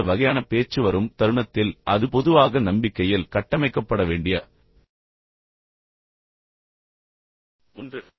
எனவே இந்த வகையான பேச்சு வரும் தருணத்தில் அது பொதுவாக நம்பிக்கையில் கட்டமைக்கப்பட வேண்டிய ஒன்று